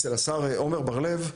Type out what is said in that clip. אצל השר עומר בר לב,